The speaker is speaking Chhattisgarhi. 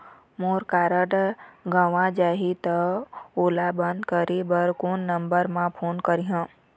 मोर कारड गंवा जाही त ओला बंद करें बर मैं कोन नंबर म फोन करिह?